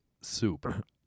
soup